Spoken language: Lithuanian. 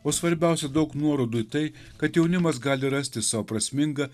o svarbiausia daug nuorodų į tai kad jaunimas gali rasti sau prasmingą